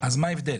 אז מה ההבדל?